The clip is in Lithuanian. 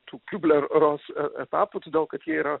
tų kūbler ros etapų todėl kad jie yra